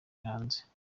yahanze